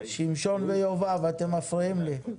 שמשון ויובב, אתם מפריעים לי.